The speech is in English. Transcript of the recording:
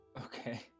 Okay